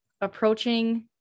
approaching